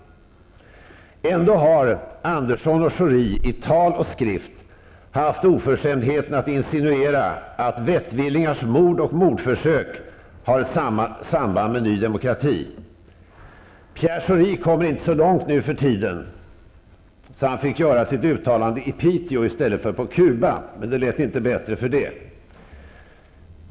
Ändå har Andersson och Schori i tal och skrift haft oförskämdheten att insinuera att vettvillingars mord och mordförsök har ett samband med Ny Demokrati. Pierre Schori kommer inte så långt nu för tiden, så han fick göra sitt uttalande i Piteå i stället för på Cuba. Men det lät inte bättre för det.